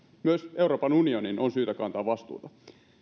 myös euroopan unionin on syytä kantaa vastuuta